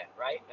right